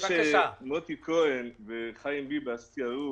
מוטי כהן וחיים ביבס תיארו